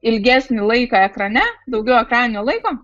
ilgesnį laiką ekrane daugiau ekraninio laiko